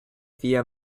via